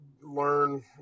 learn